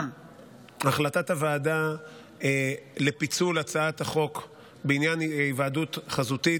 החלטת הוועדה לפיצול הצעת החוק בעניין היוועדות חזותית.